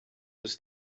ist